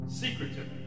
Secretive